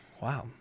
wow